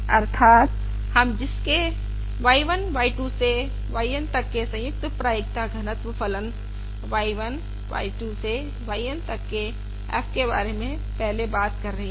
अर्थात् हम जिसके y 1 y 2 से y N तक के संयुक्त प्रायिकता घनत्व फलन y 1 y 2 से y N तक के f के बारे में पहले बात कर रहे हैं